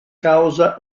causa